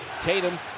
Tatum